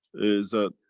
is that.